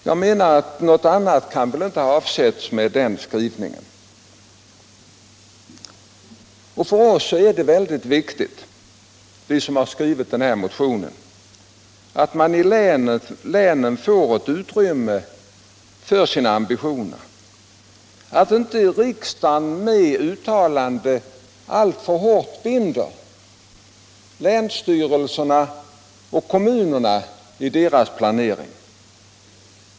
För oss som har skrivit motionen är det väldigt viktigt att man i länen får utrymme för sina ambitioner och att riksdagen inte genom uttalanden alltför hårt binder länsstyrelserna och kommunerna i deras planering.